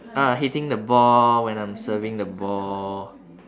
ah hitting the ball when I'm serving the ball